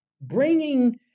bringing